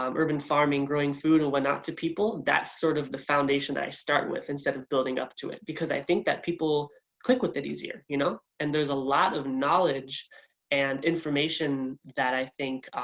um urban farming, growing food and whatnot to people, that's sort of the foundation that i start with instead of building up to it, because i think that people click with it easier you know? and there's a lot of knowledge and information that i think